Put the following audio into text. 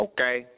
Okay